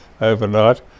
overnight